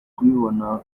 kubibona